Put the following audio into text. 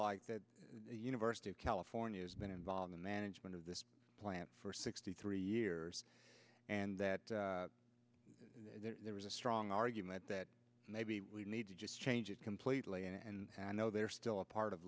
like that university of california has been involved in management of this plant for sixty three years and that there was a strong argument that maybe we need to just change it completely and i know they're still a part of